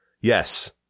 Yes